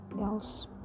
else